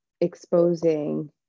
exposing